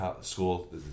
school